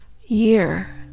year